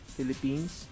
Philippines